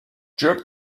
jerk